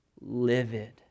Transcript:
livid